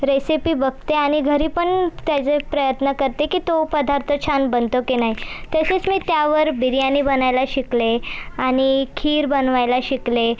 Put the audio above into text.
recipe बघते आणि घरी पण त्याचे प्रयत्न करते की तो पदार्थ छान बनतो की नाही तसेच मी त्यावर बिर्याणी बनायला शिकले आणि खीर बनवायला शिकले